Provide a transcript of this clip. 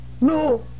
No